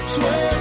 Swear